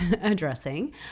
addressing